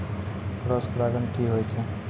Cross परागण की होय छै?